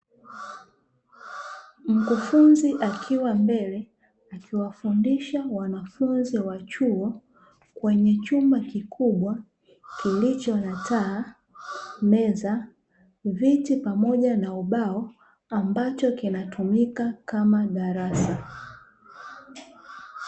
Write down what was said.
Mkufunzi akiwa mbele akiwafundisha wanafunzi wa chuo kwenye chumba kikubwa kilicho na taa, meza, viti pamoja na ubao ambacho kinatumika kama darasa.